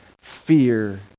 fear